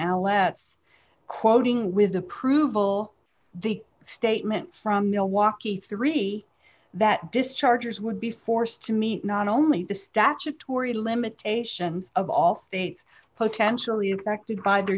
now let's quoting with approval the statement from milwaukee three that discharges would be forced to meet not only the statutory limitations of all states potentially affected by their